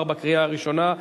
התשע"ב 2012,